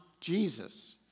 Jesus